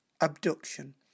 abduction